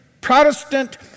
Protestant